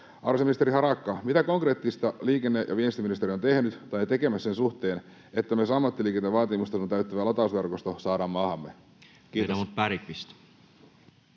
Arvoisa ministeri Harakka, mitä konkreettista liikenne‑ ja viestintäministeriö on tehnyt tai tekemässä sen suhteen, että myös ammattiliikenteen vaatimustason täyttävä latausverkosto saadaan maahamme? — Kiitos.